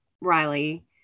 riley